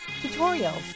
tutorials